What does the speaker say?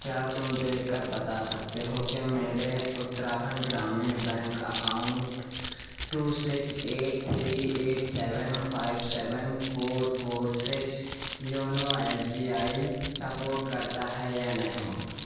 کیا تم دیکھ کر بتا سکتے ہو کہ میرے Uttarakhand Gramin bank account two six eight three eight seven five seven four four six YONO S B I support کرتا ہے یا نہیں